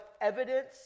evidence